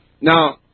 Now